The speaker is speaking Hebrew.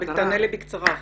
תענה לי בקצרה.